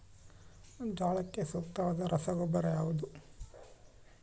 ಜೋಳಕ್ಕೆ ಸೂಕ್ತವಾದ ರಸಗೊಬ್ಬರ ಯಾವುದು?